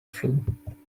flu